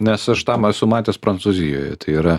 nes aš tam esu matęs prancūzijoje tai yra